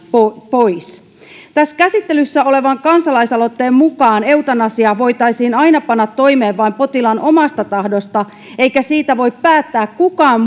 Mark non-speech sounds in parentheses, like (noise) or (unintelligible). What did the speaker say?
pois tässä käsittelyssä olevan kansalaisaloitteen mukaan eutanasia voitaisiin aina panna toimeen vain potilaan omasta tahdosta eikä siitä voisi päättää kukaan (unintelligible)